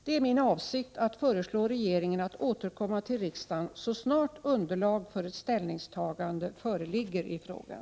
Det är min avsikt att föreslå regeringen att återkomma till riksdagen så snart underlag för ett ställningstagande föreligger i frågan.